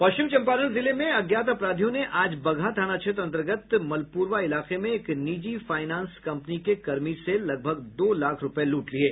पश्चिमी चंपारण जिले में अज्ञात अपराधियों ने आज बगहा थाना क्षेत्र अंतर्गत मलपुरवा इलाके में एक निजी फायनांस कंपनी के कर्मी से लगभग दो लाख रूपये लूट लिये